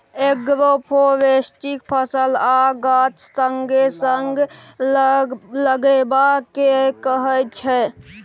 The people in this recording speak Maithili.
एग्रोफोरेस्ट्री फसल आ गाछ संगे संग लगेबा केँ कहय छै